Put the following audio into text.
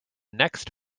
next